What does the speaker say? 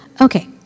Okay